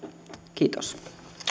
kiitos